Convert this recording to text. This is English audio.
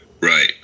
Right